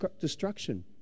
destruction